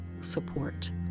support